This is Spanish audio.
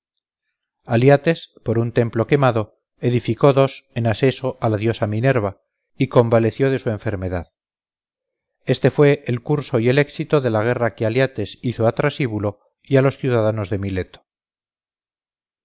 aliates por un templo quemado edificó dos en asseso a la diosa minerva y convaleció de su enfermedad este fue el curso y el éxito de la guerra que aliates hizo a trasíbulo y a los ciudadanos de mileto